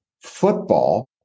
football